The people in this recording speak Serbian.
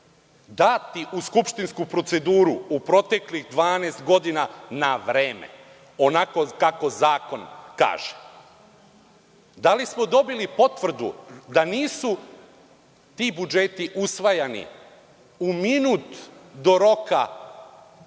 dati u skupštinsku proceduru proteklih 12 godina na vreme, onako kako zakon kaže? Da li smo dobili potvrdu da ti budžeti nisu usvajani u minut do iza